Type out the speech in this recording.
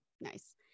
nice